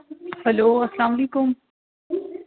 hello اسلام علیکُم